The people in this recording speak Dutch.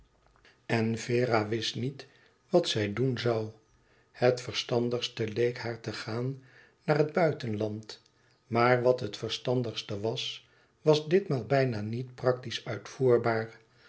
en vera wist niet wat zij doen zoû het verstandigste leek haar te gaan naar het buitenland maar wat het verstandigste was was ditmaal bijna niet practisch uitvoerbaar